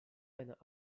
einer